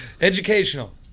Educational